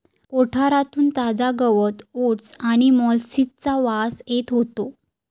कोठारातून ताजा गवत ओट्स आणि मोलॅसिसचा वास येत होतो